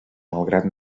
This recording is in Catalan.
malgrat